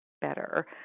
better